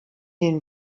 den